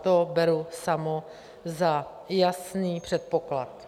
To beru samo za jasný předpoklad.